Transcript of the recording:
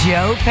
Joe